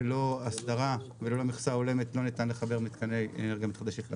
ללא הסדרה וללא המכסה ההולמת לא ניתן לחבר מתקני אנרגיה מתחדשת לרשת.